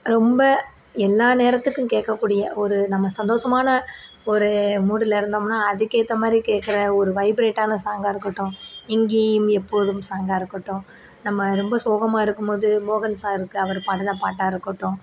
ரொம்ப எல்லா நேரத்துக்கும் கேக்கக்கூடிய ஒரு நம்ம சந்தோஷமான ஒரு மூடில் இருந்தோம்னா அதுக்கேற்ற மாதிரி கேக்கிற ஒரு வைப்ரேட்டான சாங்காக இருக்கட்டும் எங்கேயும் எப்போதும் சாங்காக இருக்கட்டும் நம்ம ரொம்ப சோகமாக இருக்கும்போது மோகன் சாருக்கு அவர் பாடின பாட்டாக இருக்கட்டும்